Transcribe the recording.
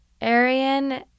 Arian